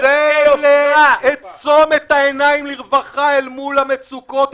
--- זה לעצום את העיניים לרווחה אל מול המצוקות,